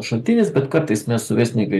šaltinis bet kartais mes su verslininkais